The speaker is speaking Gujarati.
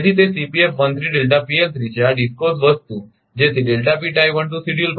તેથી તે છે આ DISCOs વસ્તુ